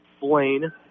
Blaine